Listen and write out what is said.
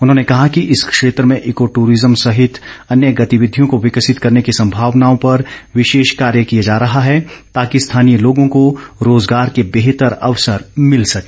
उन्होंने कहा कि इस क्षेत्र में ईको ट्ररिजम सहित अन्य गतिविधियों को विकसित करने की संभावनाओं पर विशेष कार्य किया जा रहा है ताकि स्थानीय लोगों को रोजगार के बेहतर अवसर मिल सके